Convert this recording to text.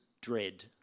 dread